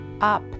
up